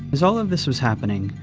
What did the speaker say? as all of this was happening,